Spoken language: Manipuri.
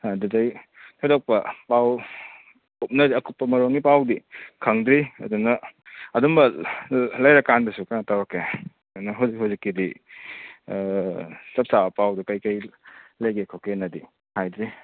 ꯑꯗꯨꯗꯩ ꯊꯣꯏꯗꯣꯛꯄ ꯄꯥꯎ ꯀꯨꯞꯅꯗꯤ ꯑꯀꯨꯞꯄ ꯃꯔꯣꯟꯒꯤ ꯄꯥꯎꯗꯤ ꯈꯪꯗ꯭ꯔꯤ ꯑꯗꯨꯅ ꯑꯗꯨꯝꯕ ꯂꯩꯔ ꯀꯥꯟꯗꯁꯨ ꯀꯩꯅꯣ ꯇꯧꯔꯛꯀꯦ ꯑꯗꯨꯅ ꯍꯧꯖꯤꯛ ꯍꯧꯖꯤꯛꯀꯤꯗꯤ ꯆꯞ ꯆꯥꯕ ꯄꯥꯎꯗꯨ ꯀꯔꯤ ꯀꯔꯤ ꯂꯩꯒꯦ ꯈꯣꯠꯀꯦꯅꯗꯤ ꯍꯥꯏꯗ꯭ꯔꯤ